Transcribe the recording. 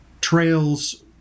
trails